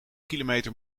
kilometer